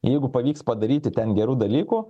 jeigu pavyks padaryti ten gerų dalykų